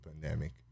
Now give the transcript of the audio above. pandemic